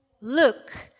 Look